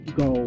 go